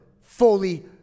fully